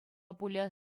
пулӗ